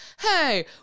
hey